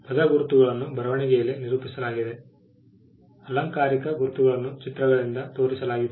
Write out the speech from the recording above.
ಪದ ಗುರುತುಗಳನ್ನು ಬರವಣಿಗೆಯಲ್ಲಿ ನಿರೂಪಿಸಲಾಗಿದೆ ಆಲಂಕಾರಿಕ ಗುರುತುಗಳನ್ನು ಚಿತ್ರಗಳಿಂದ ತೋರಿಸಲಾಗಿದೆ